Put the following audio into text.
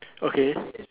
okay